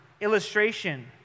illustration